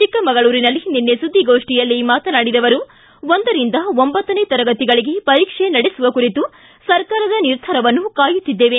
ಚಿಕ್ಕಮಗಳೂರಿನಲ್ಲಿ ನಿನ್ನೆ ಸುದ್ದಿಗೋಷ್ಠಿಯಲ್ಲಿ ಮಾತನಾಡಿದ ಅವರು ಒಂದರಿಂದ ಒಂಬತ್ತನೇ ತರಗತಿಗಳಿಗೆ ಪರೀಕ್ಷೆ ನಡೆಸುವ ಕುರಿತು ಸರ್ಕಾರದ ನಿರ್ಧಾರವನ್ನು ಕಾಯುತ್ತಿದ್ದೇವೆ